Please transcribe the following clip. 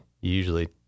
usually